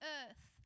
earth